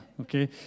okay